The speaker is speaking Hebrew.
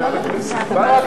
דב חנין.